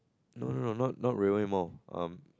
no no no not not railway-mall um